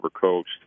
coached